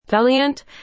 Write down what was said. Valiant